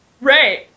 right